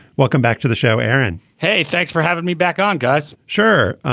welcome back to the show aaron. hey thanks for having me back on guys. sure.